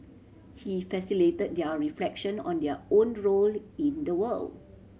he facilitated their reflection on their own role in the world